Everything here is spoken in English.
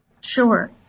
Sure